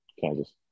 Kansas